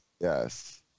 Yes